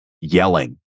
yelling